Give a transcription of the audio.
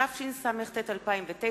התשס"ט 2009,